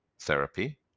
therapy